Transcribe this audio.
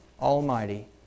almighty